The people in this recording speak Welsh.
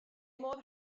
modd